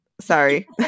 Sorry